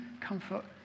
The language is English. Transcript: comfort